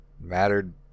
Mattered